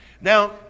Now